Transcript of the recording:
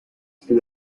più